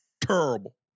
Terrible